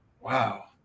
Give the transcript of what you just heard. Wow